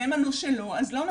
והם ענו שלו אז לא נתנו.